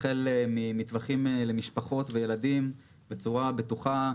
החל ממטווחים למשפחות וילדים בצורה בטוחה,